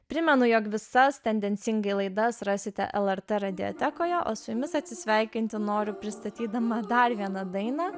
primenu jog visas tendencingai laidas rasite lrt mediatekoje o su jumis atsisveikinti noriu pristatydama dar vieną dainą